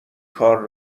کار